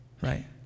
Right